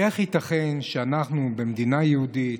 איך ייתכן שאנחנו, במדינה יהודית,